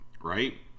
right